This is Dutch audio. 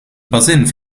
bazin